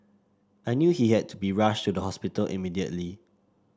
I knew he had to be rushed to the hospital immediately